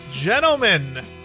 Gentlemen